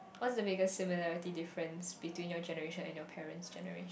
what's the biggest similarity difference between your generation and your parents generation